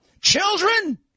Children